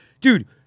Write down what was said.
dude